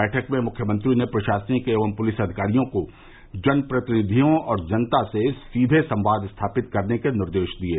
बैठक में मुख्यमंत्री ने प्रशासनिक एवं पुलिस अधिकारियों को जन प्रतिनिधियों और जनता से सीबे संवाद स्थापित करने के निर्देश दिये